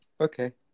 okay